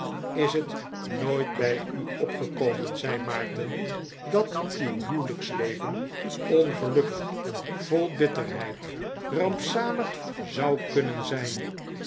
is het nooit bij u opgekomen zei maarten dat uw huwelijksleven ongelukkig vol bitterheid rampzalig zou kunnen zijn